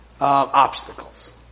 obstacles